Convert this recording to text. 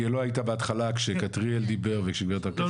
כי לא היית בהתחלה כאשר כתריאל דיבר והשמיע את זה.